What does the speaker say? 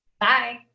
Bye